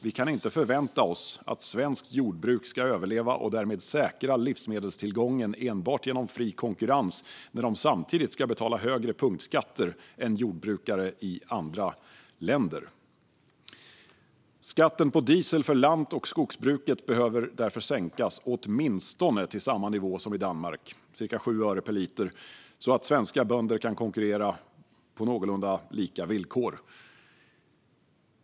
Vi kan inte förvänta oss att svenskt jordbruk ska överleva och därmed säkra livsmedelstillgången enbart genom fri konkurrens när det samtidigt ska betala högre punktskatter än jordbrukare i andra länder. Skatten på diesel för lant och skogsbruket behöver därför sänkas åtminstone till samma nivå som i Danmark, ca 7 öre per liter, så att svenska bönder kan konkurrera på någorlunda lika villkor.